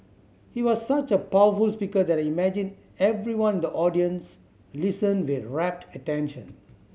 he was such a powerful speaker that imagine everyone in the audience listened with rapted attention